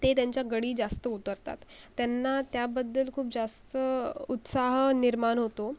ते त्यांच्यागळी जास्त उतरतात त्यांना त्याबद्दल खूप जास्त उत्साह निर्माण होतो